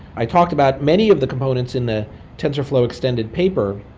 i talked about many of the components in the tensorflow extended paper,